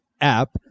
app